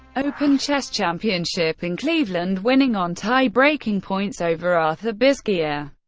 open chess championship in cleveland, winning on tie-breaking points over arthur bisguier.